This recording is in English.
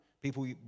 People